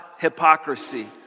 hypocrisy